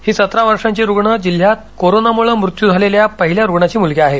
ही सतरा वर्षांची रुग्ण जिल्ह्यात कोरोनामुळे मृत्यू झालेल्या पहिल्या रुग्णाची मुलगी आहे